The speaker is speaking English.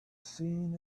seen